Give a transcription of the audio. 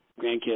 grandkids